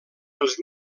els